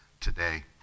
today